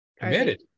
committed